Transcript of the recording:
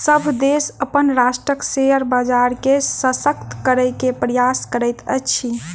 सभ देश अपन राष्ट्रक शेयर बजार के शशक्त करै के प्रयास करैत अछि